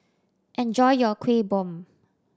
enjoy your Kuih Bom